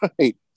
Right